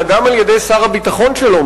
אלא גם על-ידי שר הביטחון שלו,